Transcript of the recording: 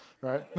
right